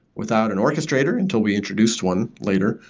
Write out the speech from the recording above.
without an orchestrator until we introduced one later.